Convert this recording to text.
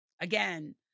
again